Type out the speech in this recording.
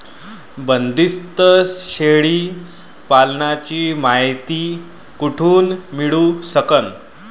बंदीस्त शेळी पालनाची मायती कुठून मिळू सकन?